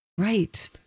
Right